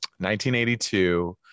1982